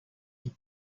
give